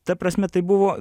ta prasme tai buvo